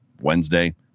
Wednesday